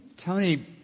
Tony